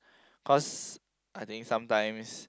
cause I think sometimes